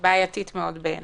היא מאוד בעייתית בעיניי.